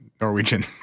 Norwegian